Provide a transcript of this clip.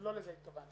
לא לזה התכוונתי,